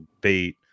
bait